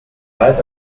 galt